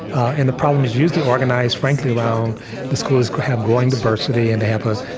and the problem is usually organized, frankly, around the schools have growing diversity, and have a,